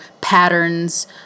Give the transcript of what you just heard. patterns